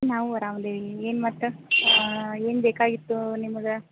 ನಾವೂ ಆರಾಮ ಅದೀವಿ ಏನು ಮತ್ತು ಏನು ಬೇಕಾಗಿತ್ತು ನಿಮಗೆ